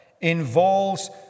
involves